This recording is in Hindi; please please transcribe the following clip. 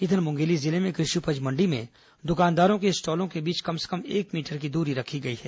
इधर मुंगेली जिले में कृषि उपज मण्डी में दुकानदारों के स्टॉलों के बीच कम से कम एक मीटर की दूरी रखी गई है